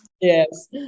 Yes